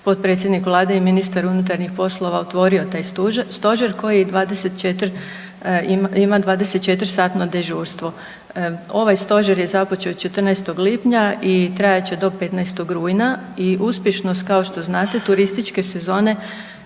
potpredsjednik Vlade i ministar unutarnjih poslova otvorio taj Stožer koji 24, ima 24-satno dežurstvo. Ovaj Stožer je započeo 14. lipnja i trajat će do 15. rujna i uspješnost, kao što znate, turističke sezone